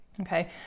okay